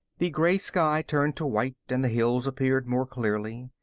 the gray sky turned to white and the hills appeared more clearly.